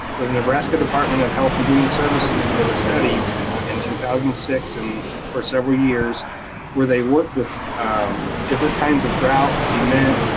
the nebraska department of health and human services did a study in two thousand and six and for several years where they worked with different kinds of grout, cement,